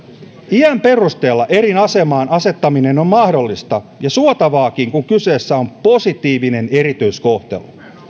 iän perusteella eri asemaan asettaminen on mahdollista ja suotavaakin kun kyseessä on positiivinen erityiskohtelu